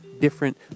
different